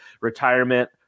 retirement